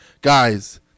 guys